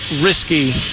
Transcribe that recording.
risky